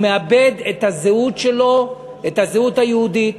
הוא מאבד את הזהות שלו, את הזהות היהודית.